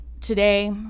today